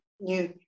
new